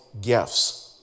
gifts